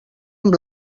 amb